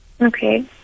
Okay